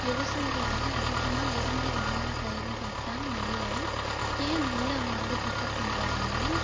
விவசாயிகள் வந்து அதிகமாக விரும்பி வாங்கிற பயிருனு பார்த்தா நெல்லு ஏன் நெல்லு வந்து அவங்க ப்ரீஃபர் பண்ணுறாங்கன்னா